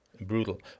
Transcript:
brutal